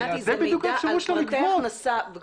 נתי, זה מידע על פרטי הכנסה.